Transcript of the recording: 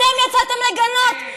אתם יצאתם לגנות?